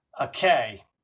okay